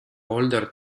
older